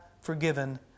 forgiven